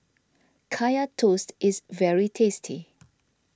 Kaya Toast is very tasty